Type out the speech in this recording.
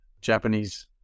Japanese